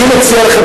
אני מציע לכם,